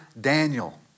Daniel